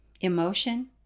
emotion